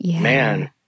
man